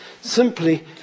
simply